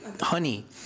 honey